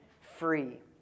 free